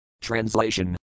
Translation